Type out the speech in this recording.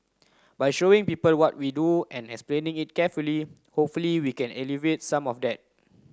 by showing people what we do and explaining it carefully hopefully we can alleviate some of that